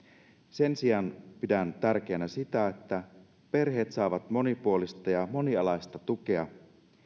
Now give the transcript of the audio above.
sen sijaan pidän tärkeänä sitä että perheet saavat monipuolista ja monialaista tukea